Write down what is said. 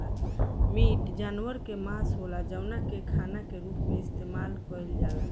meat जानवर के मांस होला जवना के खाना के रूप में इस्तेमाल कईल जाला